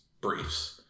briefs